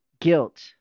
guilt